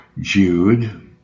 jude